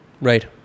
Right